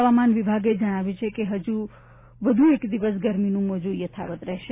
હવામાન વિભાગે જણાવ્યું છે કે હજી વધુ એક દિવસ ગરમીનું મોજું યથાવત રહેશે